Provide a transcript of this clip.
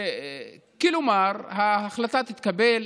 כלומר, ההחלטה תתקבל,